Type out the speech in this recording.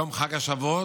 יום חג השבועות,